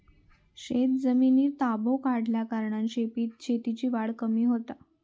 शेतजमिनीर ताबो वाढल्याकारणान शेतीची वाढ कमी होता